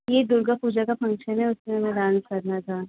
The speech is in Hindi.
ये दुर्गा पूजा का फंक्शन है उसमें हमें डांस करना था